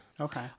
Okay